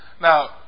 Now